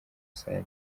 rusange